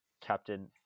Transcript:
captain